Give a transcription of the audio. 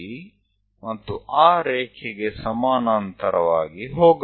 કોઈ આ લીટીને સમાંતર જશે